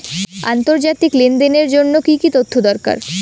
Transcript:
আন্তর্জাতিক লেনদেনের জন্য কি কি তথ্য দরকার?